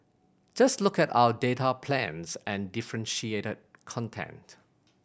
just look at our data plans and differentiated content